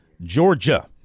Georgia